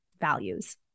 values